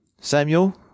Samuel